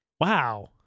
Wow